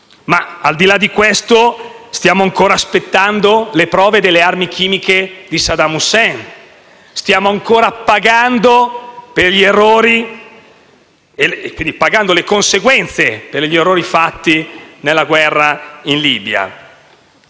Al di là di questo, stiamo ancora aspettando le prove delle armi chimiche di Saddam Hussein. Stiamo ancora pagando le conseguenze degli errori fatti nella guerra in Libia.